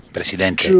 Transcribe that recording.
presidente